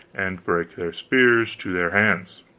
and brake their spears to their hands.